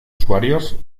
usuarios